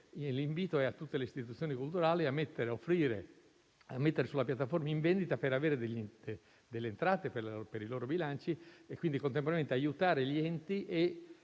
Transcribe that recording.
l'invito a tutte le istituzioni culturali è offrire e mettere sulla piattaforma in vendita per avere delle entrate per i loro bilanci, aiutando contemporaneamente gli enti e